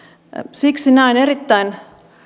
siksi näen erittäin